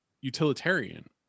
utilitarian